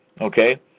Okay